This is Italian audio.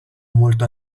molto